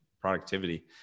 productivity